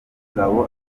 ngabo